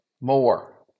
more